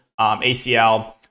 ACL